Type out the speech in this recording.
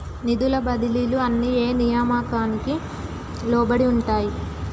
నిధుల బదిలీలు అన్ని ఏ నియామకానికి లోబడి ఉంటాయి?